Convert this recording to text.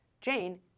Jane